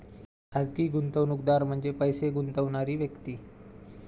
खाजगी गुंतवणूकदार म्हणजे पैसे गुंतवणारी व्यक्ती